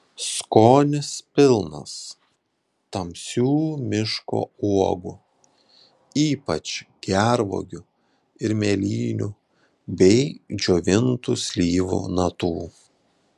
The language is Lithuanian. skonis pilnas tamsių miško uogų ypač gervuogių ir mėlynių bei džiovintų slyvų natų